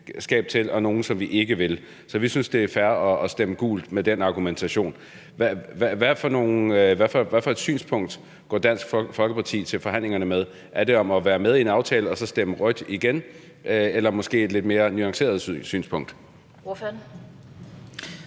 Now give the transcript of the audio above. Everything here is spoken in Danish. til, og nogle, som vi ikke vil. Så vi synes, det er fair at stemme gult med den argumentation. Hvad for et synspunkt går Dansk Folkeparti til forhandlingerne med? Er det at være med i en aftale og så stemme rødt igen, eller er det måske med et lidt mere nuanceret synspunkt?